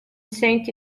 saint